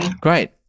Great